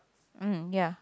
mm ya